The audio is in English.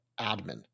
admin